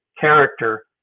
character